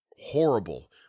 horrible